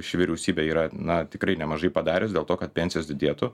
ši vyriausybė yra na tikrai nemažai padarius dėl to kad pensijos didėtų